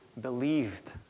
believed